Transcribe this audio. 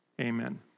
Amen